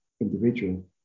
individual